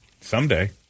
Someday